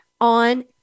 on